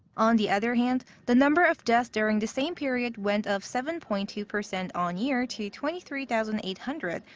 on the other hand, the number of deaths during the same period went up seven point two percent on-year to twenty three thousand eight hundred,